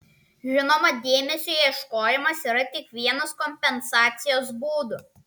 žinoma dėmesio ieškojimas yra tik vienas kompensacijos būdų